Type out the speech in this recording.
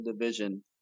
division